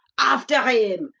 after him!